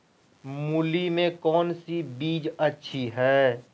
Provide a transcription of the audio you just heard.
मूली में कौन सी बीज अच्छी है?